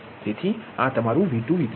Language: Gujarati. તેથી આ તમારું V2V3 છે